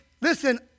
listen